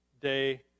day